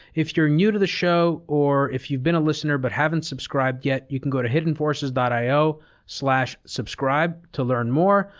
if you're new to the show, or if you've been a listener but haven't subscribed yet, you can go to hiddenforces io so subscribe to learn more,